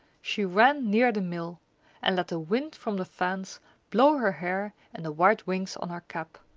she ran near the mill and let the wind from the fans blow her hair and the white wings on her cap.